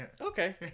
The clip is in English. Okay